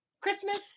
Christmas